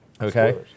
Okay